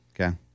Okay